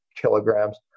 kilograms